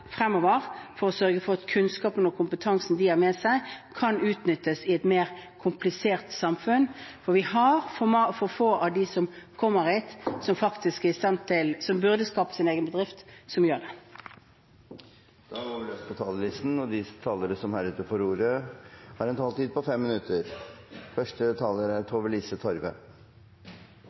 fremover for å sørge for at kunnskapen og kompetansen de har med seg, kan utnyttes i et mer komplisert samfunn. Det er for få av dem som kommer hit som burde skape sin egen bedrift, som gjør det. Vi lever i krevende tider. Nedgangen i olje- og gassnæringen rammer bedriftene hardt, og arbeidsledigheten stiger, spesielt på Sørlandet og Vestlandet. Ferske tall viser at i mitt hjemfylke, Møre og Romsdal, har